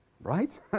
right